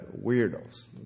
weirdos